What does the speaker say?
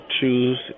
choose